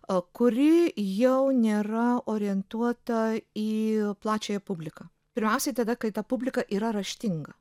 a kuri jau nėra orientuota į plačiąją publiką pirmiausiai tada kai ta publika yra raštinga